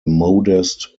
modest